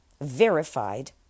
verified